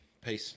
Peace